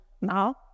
now